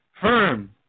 firm